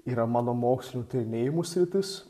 yra mano mokslinių tyrinėjimų sritis